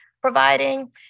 providing